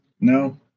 No